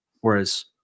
Whereas